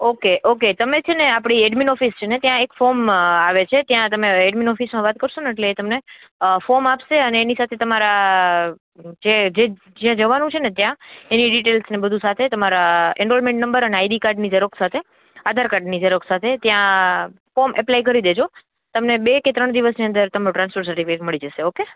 okay okay તમે છે ને આપણી એડમીન ઓફિસ છે ને ત્યાં એક ફોર્મ આવે છે ત્યાં તમે એડમીન ઓફિસમાં વાત કરશોને એટલે એ તમને ફોર્મ આપશે અને એની સાથે તમારા જે જ્યાં જવાનું છે એનું ડિટેલ્સને બધું સાથે તમારા એનરોલમેન્ટ નંબર અને આઈડી કાર્ડની ઝેરોક્ષ સાથે આધાર કાર્ડની ઝેરોક્ષ સાથે ત્યાં ફોર્મ એપ્લાય કરી દેજો તમને બે કે ત્રણ દિવસની અંદર ટ્રાન્સફર સર્ટિફિકેટ મળી જશે ઓકે